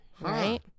right